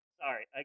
sorry